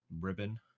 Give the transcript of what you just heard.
Ribbon